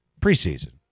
preseason